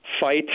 fight